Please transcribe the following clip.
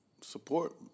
support